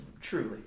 Truly